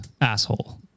asshole